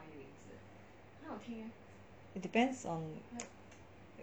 it depends on